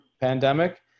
pandemic